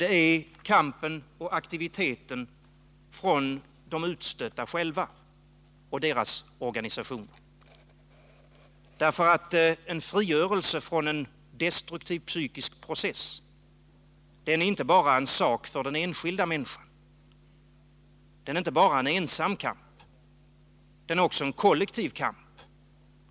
Det är kampen och aktiviteten från de utstötta själva och deras organisationer. En frigörelse från en destruktiv psykisk process är inte bara en sak för den enskilda människan, en ensam kamp, utan det är också en kollektiv kamp.